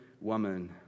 woman